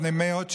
לפני מאות שנים,